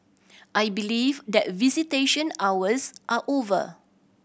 I believe that visitation hours are over